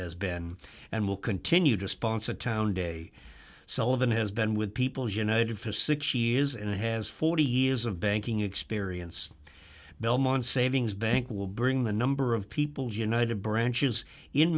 as been and will continue to sponsor a town de sullivan has been with people united for six years and has forty years of banking experience belmont savings bank will bring the number of people janai to branches in